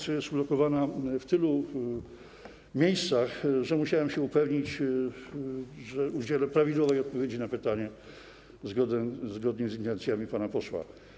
Pomoc jest ulokowana w tylu miejscach, że musiałem się upewnić, że udzielę prawidłowej odpowiedzi na pytanie zgodnie z intencjami pana posła.